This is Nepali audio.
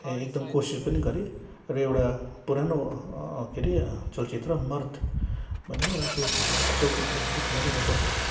ए एकदम कोसिस पनि गरेँ र एउटा पुरानो के अरे चलचित्र मर्द भन्ने र त्यो चलचित्रको गीत मैले रेकर्ड गरेँ